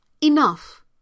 enough